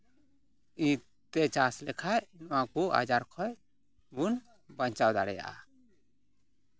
ᱛᱤᱛᱮ ᱪᱟᱥ ᱞᱮᱠᱷᱟᱡ ᱱᱚᱣᱟ ᱠᱚ ᱟᱡᱟᱨ ᱠᱷᱚᱡ ᱵᱚᱱ ᱵᱟᱧᱪᱟᱣ ᱫᱟᱲᱮᱭᱟᱜᱼᱟ